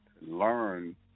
learn